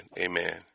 Amen